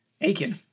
Aiken